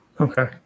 Okay